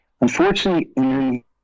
Unfortunately